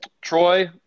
Troy